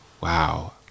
wow